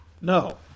no